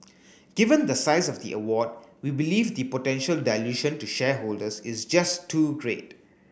given the size of the award we believe the potential dilution to shareholders is just too great